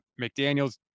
McDaniels